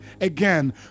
again